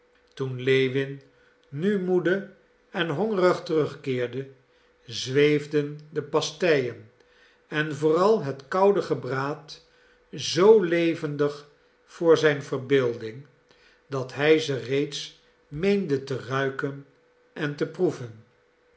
toen lewin nu moede en hongerig terugkeerde zweefden de pasteien en vooral het koude gebraad zoo levendig voor zijn verbeelding dat hij ze reeds meende te ruiken en te proeven